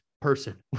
person